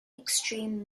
extreme